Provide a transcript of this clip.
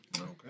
Okay